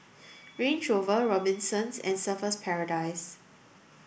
Range Rover Robinsons and Surfer's Paradise